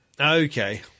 Okay